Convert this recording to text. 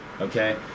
okay